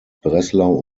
breslau